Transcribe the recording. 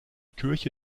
kirche